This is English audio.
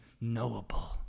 knowable